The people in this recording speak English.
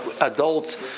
adult